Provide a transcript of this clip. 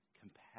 compassion